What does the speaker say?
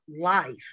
life